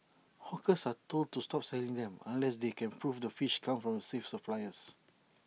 hawkers are told to stop selling them unless they can prove the fish comes from safe suppliers